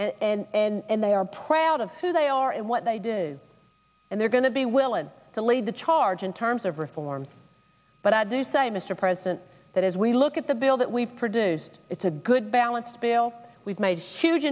and they are proud of who they are and what they do and they're going to be willing to lead the charge in terms of reforms but i do say mr president that as we look at the bill that we've produced it's a good balance bill we've made huge